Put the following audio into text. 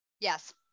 Yes